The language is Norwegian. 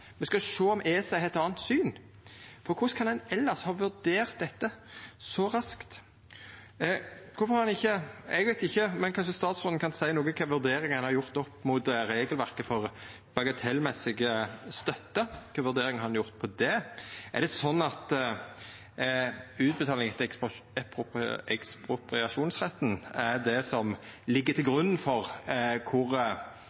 me skal sjå om ESA har eit anna syn. Korleis kan ein elles ha vurdert dette så raskt? Eg veit ikkje, men kanskje statsråden kan seia noko om kva vurderingar ein har gjort opp mot regelverket for bagatellmessig støtte? Kva vurderingar har ein gjort når det gjeld det? Er det sånn at utbetaling etter ekspropriasjonsretten er det som ligg til